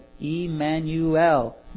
Emmanuel